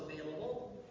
available